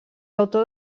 autor